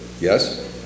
yes